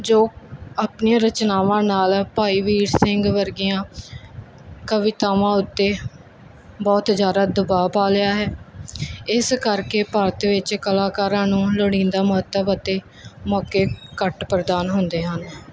ਜੋ ਆਪਣੀਆਂ ਰਚਨਾਵਾਂ ਨਾਲ ਭਾਈ ਵੀਰ ਸਿੰਘ ਵਰਗੀਆਂ ਕਵਿਤਾਵਾਂ ਉੱਤੇ ਬਹੁਤ ਜ਼ਿਆਦਾ ਦਬਾਅ ਪਾ ਲਿਆ ਹੈ ਇਸ ਕਰਕੇ ਭਰਤ ਵਿੱਚ ਕਲਾਕਾਰਾਂ ਨੂੰ ਲੋੜੀਂਦਾ ਮਹੱਤਵ ਅਤੇ ਮੌਕੇ ਘੱਟ ਪ੍ਰਦਾਨ ਹੁੰਦੇ ਹਨ